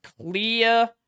clear